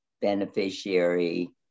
beneficiary